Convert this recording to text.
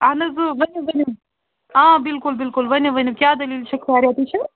اَہَن حظ ؤتھِو ؤلِو آ بِلکُل بِلکُل ؤنِو ؤنِو کیٛاہ دٔلیٖل چھِ خٲریتے چھا